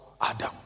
Adam